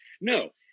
No